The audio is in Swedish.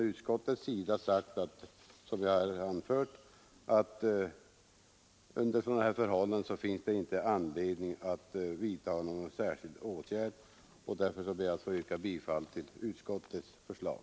Utskottsmajoriteten har ansett att det under sådana förhållanden inte finns anledning att vidta någon särskild åtgärd. Jag ber att få yrka bifall till utskottets förslag.